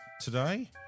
Today